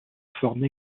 forme